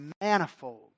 manifold